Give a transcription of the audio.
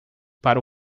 para